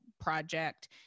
project